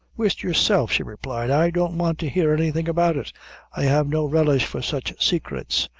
whisht yourself, she replied i don't want to hear anything about it i have no relish for sich saicrets.